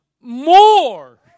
more